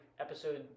episode